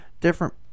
different